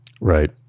Right